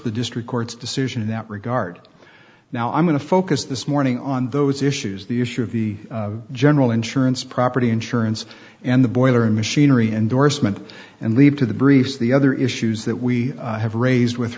the district court's decision in that regard now i'm going to focus this morning on those issues the issue of the general insurance property insurance and the boiler machinery endorsement and leave to the briefs the other issues that we have raised with